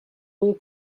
nom